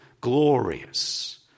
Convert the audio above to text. glorious